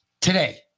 today